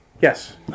Yes